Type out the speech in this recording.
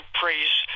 praise